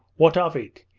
what of it?